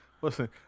Listen